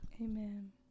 Amen